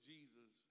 Jesus